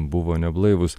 buvo neblaivūs